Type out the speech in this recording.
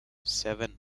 seven